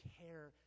care